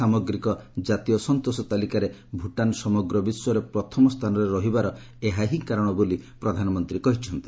ସାମଗ୍ରିକ ଜାତୀୟ ସନ୍ତୋଷ ତାଲିକାରେ ଭୁଟାନ୍ ସମଗ୍ର ବିଶ୍ୱରେ ପ୍ରଥମ ସ୍ଥାନରେ ରହିବାର ଏହାହିଁ କାରଣ ବୋଲି ପ୍ରଧାନମନ୍ତ୍ରୀ କହିଛନ୍ତି